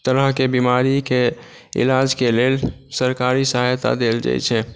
तरहकेँ बीमारीकेँ इलाजकेँ लेल सरकारी सहायता देल जाइ छै